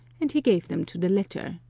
and he gave them to the latter,